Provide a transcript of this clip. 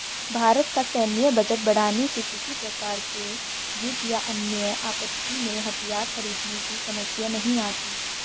भारत का सैन्य बजट बढ़ाने से किसी प्रकार के युद्ध या अन्य आपत्ति में हथियार खरीदने की समस्या नहीं आती